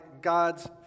god's